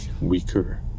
weaker